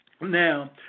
Now